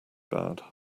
bad